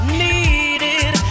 needed